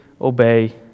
obey